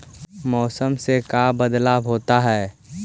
मौसम से का बदलाव होता है?